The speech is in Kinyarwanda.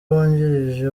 wungirije